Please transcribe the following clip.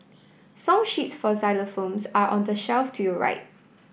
song sheets for xylophones are on the shelf to your right